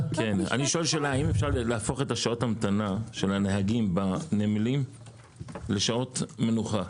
האם אפשר להפוך את שעות ההמתנה של הנהגים בנמלים לשעות מנוחה?